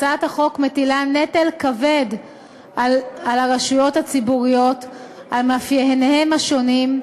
הצעת החוק מטילה נטל כבד על הרשויות הציבוריות על מאפייניהן השונים,